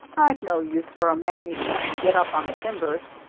i've no use for a man who can't get up on the timbers.